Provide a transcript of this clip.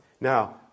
Now